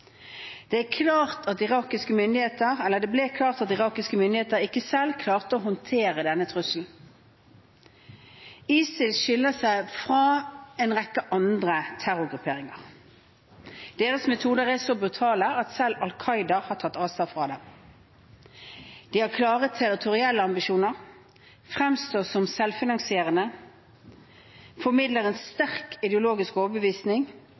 Det ble klart at irakiske myndigheter ikke selv klarte å håndtere denne trusselen. ISIL skiller seg fra en rekke andre terrorgrupperinger. Deres metoder er så brutale at selv Al Qaida har tatt avstand fra dem. De har klare territorielle ambisjoner, fremstår som selvfinansierende, formidler en sterk ideologisk overbevisning,